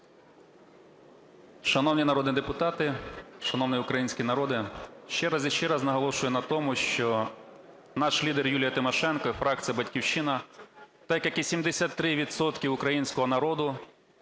Шановні народні депутати, шановний український народе! Ще раз і ще раз наголошую на тому, що наш лідер Юлія Тимошенко і фракція "Батьківщина" так, як і 73 відсотки українського народу,